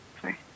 sorry